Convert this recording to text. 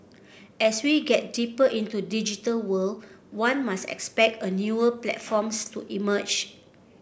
as we get deeper into digital world one must expect a newer platforms to emerge